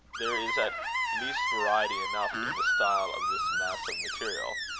there is at least variety enough in the style of this mass of material.